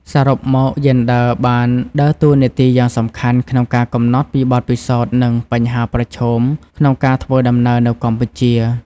សរុបមក យេនដ័របានដើរតួនាទីយ៉ាងសំខាន់ក្នុងការកំណត់ពីបទពិសោធន៍និងបញ្ហាប្រឈមក្នុងការធ្វើដំណើរនៅកម្ពុជា។